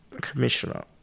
commissioner